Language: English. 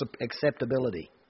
acceptability